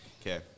Okay